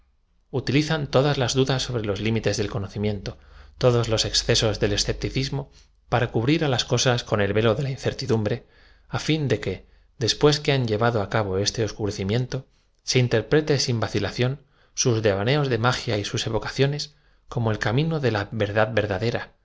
uttlizan todas las dudas so bre los limites del conocimiento todos los excesos del escepticismo p ara cubrir las cosas con el v e lo de la incertidumbre á fin de que después que han llevado á cabo este oscurecimiento se interprete sin va c ila ción sus devaneos de m agia y sus evocaciones como el camino de la verdad verd